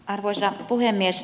arvoisa puhemies